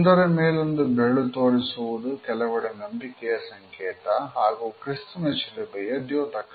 ಒಂದರಮೇಲೊಂದು ಬೆರಳು ತೋರಿಸುವುದು ಕೆಲವೆಡೆ ನಂಬಿಕೆಯ ಸಂಕೇತ ಹಾಗೂ ಕ್ರಿಸ್ತನ ಶಿಲುಬೆಯ ದ್ಯೋತಕ